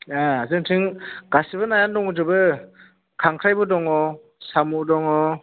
ए जोंनिथिं गासिबो नायानो दंजोबो खांख्रायबो दङ साम' दङ